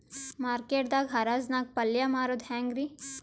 Market ದಾಗ್ ಹರಾಜ್ ನಾಗ್ ಪಲ್ಯ ಮಾರುದು ಹ್ಯಾಂಗ್ ರಿ?